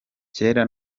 kera